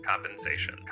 Compensation